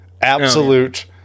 absolute